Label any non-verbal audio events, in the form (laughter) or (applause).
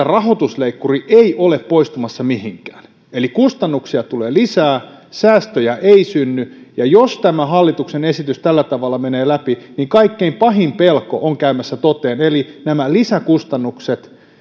(unintelligible) rahoitusleikkuri ei ole poistumassa mihinkään eli kustannuksia tulee lisää säästöjä ei synny ja jos tämä hallituksen esitys tällä tavalla menee läpi niin kaikkein pahin pelko on käymässä toteen eli nämä lisäkustannukset